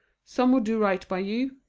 some would do right by you,